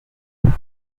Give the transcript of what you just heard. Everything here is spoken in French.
ans